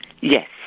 Yes